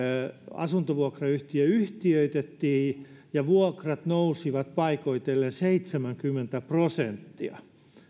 asuntovuokrayhtiö yhtiöitettiin ja vuokrat nousivat paikoitellen seitsemänkymmentä prosenttia